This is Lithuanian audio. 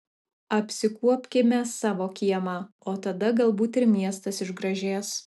apsikuopkime savo kiemą o tada galbūt ir miestas išgražės